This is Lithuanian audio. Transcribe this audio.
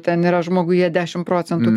ten yra žmoguje dešim procentų